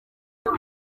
iri